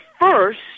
first